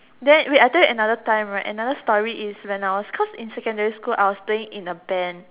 then wait I tell you another time right another story is when I was cause in secondary school I was playing in a band